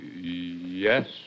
yes